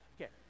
Okay